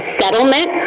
settlement